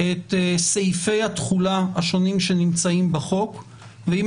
את סעיפי התחולה השונים שנמצאים בחוק ואם